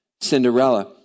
Cinderella